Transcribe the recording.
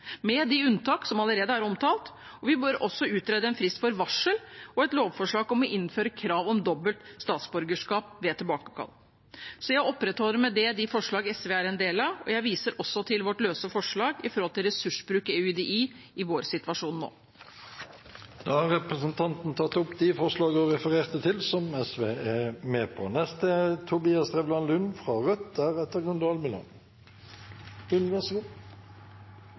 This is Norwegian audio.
med de unntak som allerede er omtalt. Vi bør også utrede en frist for varsel og et lovforslag om å innføre krav om dobbelt statsborgerskap ved tilbakekall. Jeg tar med det opp de forslag SV er en del av, inkludert vårt løse forslag om ressursbruk i UDI i vår situasjon nå. Representanten Grete Wold har tatt opp de forslagene hun refererte til. I 2019 ble det gjort endringer i statsborgerloven som